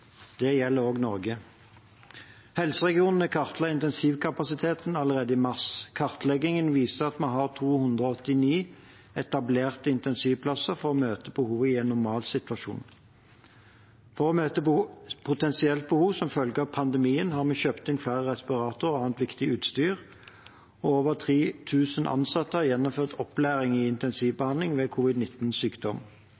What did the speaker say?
Det gjelder også Norge. Helseregionene kartla intensivkapasiteten allerede i mars. Kartleggingen viste at vi har 289 etablerte intensivplasser for å møte behovet i en normalsituasjon. For å møte et potensielt behov som følge av pandemien har vi kjøpt inn flere respiratorer og annet viktig utstyr, og over 3 000 ansatte har gjennomført opplæring i